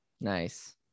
nice